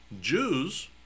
Jews